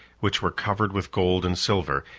which were covered with gold and silver,